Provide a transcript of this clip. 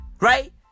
Right